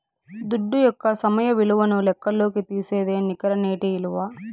దుడ్డు యొక్క సమయ విలువను లెక్కల్లోకి తీసేదే నికర నేటి ఇలువ